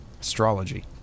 Astrology